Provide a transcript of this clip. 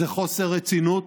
זה חוסר רצינות.